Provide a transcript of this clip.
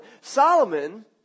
solomon